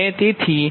28570